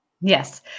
Yes